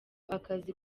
akazi